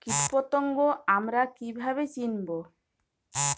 কীটপতঙ্গ আমরা কীভাবে চিনব?